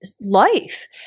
life